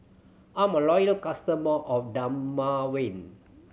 I'm a loyal customer of Dermaveen